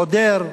עודר,